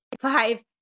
five